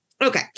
Okay